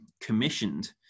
commissioned